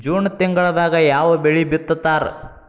June ತಿಂಗಳದಾಗ ಯಾವ ಬೆಳಿ ಬಿತ್ತತಾರ?